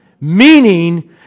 Meaning